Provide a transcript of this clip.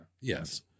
Yes